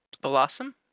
blossom